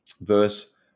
verse